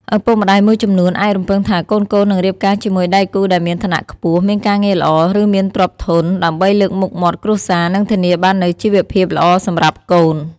ឪពុកម្ដាយមួយចំនួនអាចរំពឹងថាកូនៗនឹងរៀបការជាមួយដៃគូដែលមានឋានៈខ្ពស់ មានការងារល្អ ឬមានទ្រព្យធន ដើម្បីលើកមុខមាត់គ្រួសារ និងធានាបាននូវជីវភាពល្អសម្រាប់កូន។